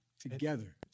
together